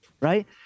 right